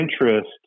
interest